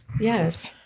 Yes